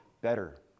better